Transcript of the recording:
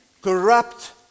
corrupt